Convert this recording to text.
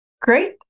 Great